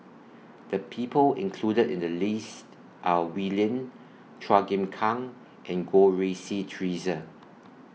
The People included in The list Are Wee Lin Chua Chim Kang and Goh Rui Si Theresa